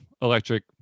electric